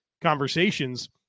conversations